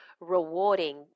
rewarding